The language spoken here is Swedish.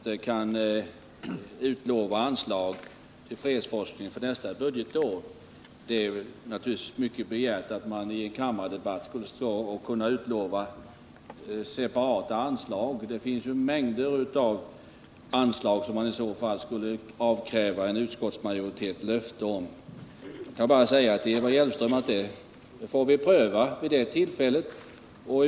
Herr talman! Eva Hjelmström ställde en fråga om utskottet kan utlova anslag till fredsforskning för nästa budgetår. Det är naturligtvis mycket begärt att man i en kammardebatt skall kunna stå och utlova separata anslag. Det finns mängder av anslag som man i så fall skulle kunna avkräva en utskottsmajoritet löfte om. Jag kan bara säga till Eva Hjelmström att vi får pröva frågorna när tillfället kommer.